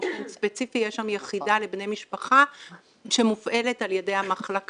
באופן ספציפי יש שם יחידה לבני משפחה שמופעלת על ידי המחלקה.